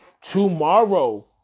tomorrow